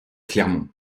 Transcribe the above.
clermont